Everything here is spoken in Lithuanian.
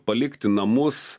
palikti namus